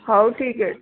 ହଉ ଠିକ୍ ଅଛି